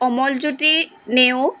Amaljyoti Neog